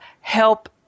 help